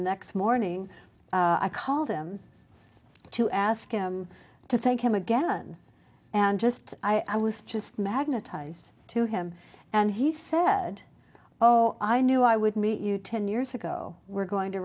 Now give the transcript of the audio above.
next morning i called him to ask him to thank him again and just i was just magnetised to him and he said oh i knew i would meet you ten years ago we're going to